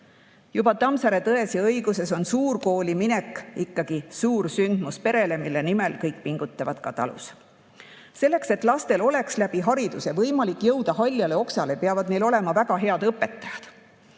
Juba Tammsaare "Tões ja õiguses" on suurkooli minek ikkagi suursündmus perele, mille nimel kõik pingutavad ka talus. Selleks, et lastel oleks läbi hariduse võimalik jõuda haljale oksale, peavad neil olema väga head õpetajad.